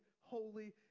holy